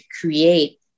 create